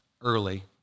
early